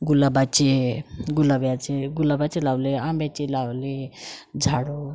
गुलाबाचे गुलाबाचे गुलाबाचे लावले आंब्याची लावले झाडं